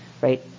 right